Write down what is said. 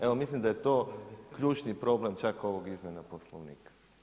Evo mislim da je to ključni problem čak ovih izmjena Poslovnika.